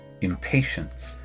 impatience